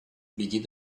big